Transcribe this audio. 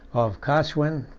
of caswin,